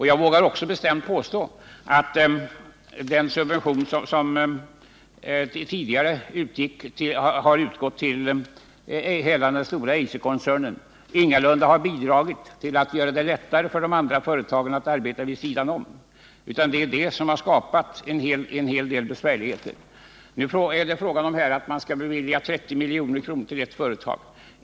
Jag vågar också bestämt påstå att den subvention som tidigare har utgått till den stora Eiserkoncernen ingalunda har bidragit till att göra det lättare för de andra företagen att arbeta vid sidan av denna koncern utan i stället har skapat en hel del besvärligheter. Här är det nu fråga om att man skall bevilja 30 milj.kr. till ett företag.